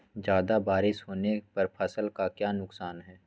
ज्यादा बारिस होने पर फसल का क्या नुकसान है?